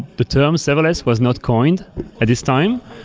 the term serverless was not coined at this time,